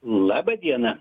laba diena